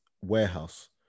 warehouse